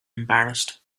embarrassed